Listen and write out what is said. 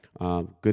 Good